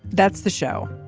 that's the show.